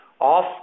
off